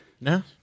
No